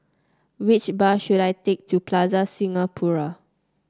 which bus should I take to Plaza Singapura